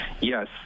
Yes